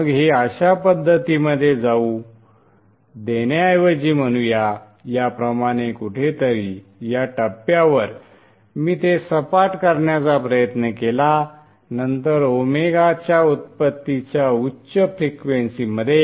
मग हे अश्या पद्धतीमध्ये जाऊ देण्याऐवजी म्हणूया याप्रमाणे कुठेतरी या टप्प्यावर मी ते सपाट करण्याचा प्रयत्न केला नंतर ओमेगाच्या उत्पत्तीच्या उच्च फ्रिक्वेंसीमध्ये